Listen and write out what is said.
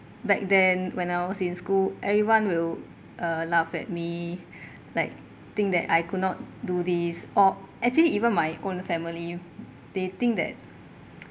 back then when I was in school everyone will uh laugh at me like think that I could not do this or actually even my own family they think that